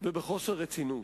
ובחוסר רצינות.